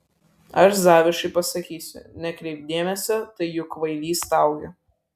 aš zavišai pasakysiu nekreipk dėmesio tai juk kvailys staugia